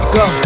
go